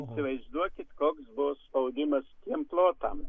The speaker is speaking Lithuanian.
įsivaizduokit koks buvo spaudimas tiem plotam